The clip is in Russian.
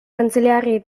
канцелярии